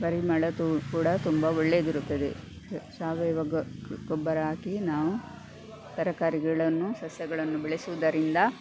ಪರಿಮಳ ತು ಕೂಡ ತುಂಬ ಒಳ್ಳೇದಿರುತ್ತದೆ ಸಾವಯವ ಗೊಬ್ಬರ ಹಾಕಿ ನಾವು ತರಕಾರಿಗಳನ್ನು ಸಸ್ಯಗಳನ್ನು ಬೆಳೆಸುವುದರಿಂದ